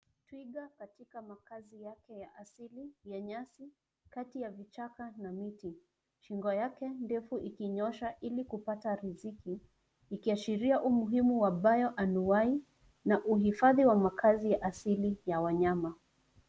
Twiga katika makazi yake ya asili ya nyasi kati ya vichaka vya miti. Shingo yake ndefu ikinyoosha ili kupata riziki, ikiashiria umuhimu wa bio and why na uhifadhi wa makazi ya asili ya wanyama.